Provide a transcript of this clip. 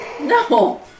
No